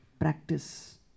practice